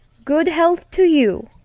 good health to you!